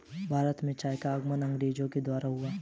भारत में चाय का आगमन अंग्रेजो के द्वारा हुआ